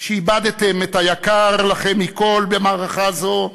שאיבדתם את היקר לכם מכול במערכה זו,